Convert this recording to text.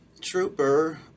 Trooper